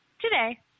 Today